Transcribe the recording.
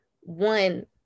one